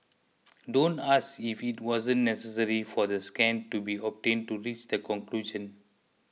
don't ask if it was necessary for the scan to be obtained to reach the conclusion